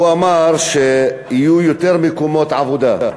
והוא אמר שיהיו יותר מקומות עבודה.